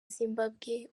zimbabwe